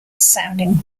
sounding